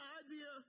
idea